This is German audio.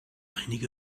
einige